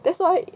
that's why